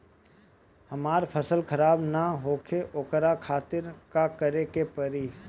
हमर फसल खराब न होखे ओकरा खातिर का करे के परी?